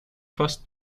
fast